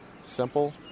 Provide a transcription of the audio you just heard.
simple